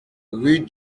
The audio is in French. rue